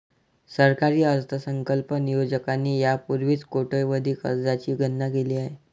सरकारी अर्थसंकल्प नियोजकांनी यापूर्वीच कोट्यवधी कर्जांची गणना केली आहे